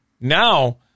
Now